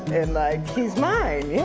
and like he's mine! yeah